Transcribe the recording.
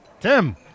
Tim